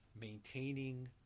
maintaining